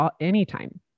anytime